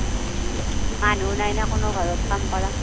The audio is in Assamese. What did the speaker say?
মানুহো নাই নহ্ কোনো ঘৰত কাম কৰা